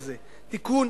איזה תיקון,